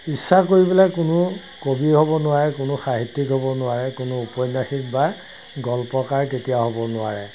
ইচ্ছা কৰি পেলাই কোনো কবি হ'ব নোৱাৰে কোনো সাহিত্যিক হ'ব নোৱাৰে কোনো উপন্যাসিক বা গল্পকাৰ কেতিয়া হ'ব নোৱাৰে